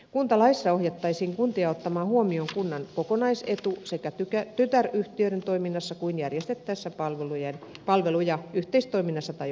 kuntalaissa ohjattaisiin kuntia ottamaan huomioon kunnan kokonaisetu sekä tytäryhtiöiden toiminnassa että järjestettäessä palveluja yhteistoiminnassa tai ostopalveluina